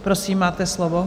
Prosím, máte slovo.